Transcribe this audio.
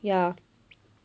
ya